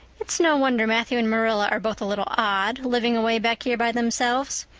it's no wonder matthew and marilla are both a little odd, living away back here by themselves.